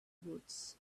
boots